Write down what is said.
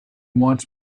wants